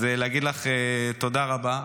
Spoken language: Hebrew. אז להגיד לך תודה רבה.